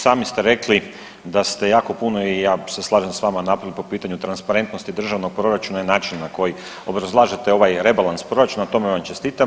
Sami ste rekli da ste jako puno i ja se slažem s vama napravili po pitanju transparentnosti državnog proračuna i način na koji obrazlaže ovaj rebalans proračuna, na tome vam čestitam.